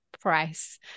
price